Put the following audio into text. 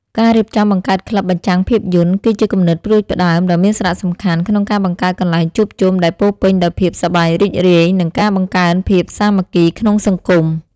ការរៀបចំបង្កើតក្លឹបបញ្ចាំងភាពយន្ត គឺជាគំនិតផ្ដួចផ្ដើមដ៏មានសារៈសំខាន់ក្នុងការបង្កើតកន្លែងជួបជុំ ដែលពោរពេញដោយភាពសប្បាយរីករាយ និងការបង្កើនភាពសាមគ្គីក្នុងសង្គម។